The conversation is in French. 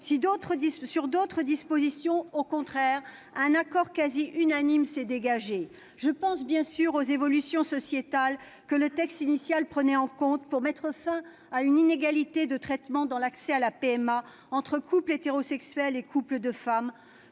Sur d'autres dispositions, au contraire, un accord quasi unanime s'est dégagé. Je pense, bien sûr, aux évolutions sociétales que le texte initial prenait en compte pour mettre fin à une inégalité de traitement dans l'accès à la PMA entre couples hétérosexuels et couples de femmes.